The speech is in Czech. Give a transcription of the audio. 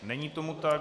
Není tomu tak.